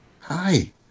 Hi